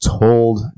told